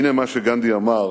הנה מה שגנדי אמר